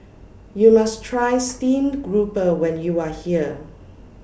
YOU must Try Steamed Grouper when YOU Are here